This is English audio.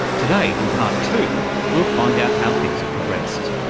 today in part two we'll find out how things have progressed.